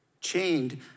chained